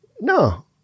No